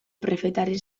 prefetaren